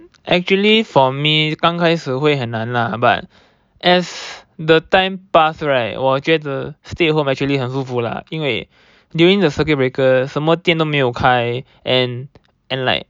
actually for me 刚开始会很难 lah but as the time pass right 我觉得 stay at home actually 很舒服了因为 during the circuit breaker 什么店都没有开 and and like